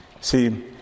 See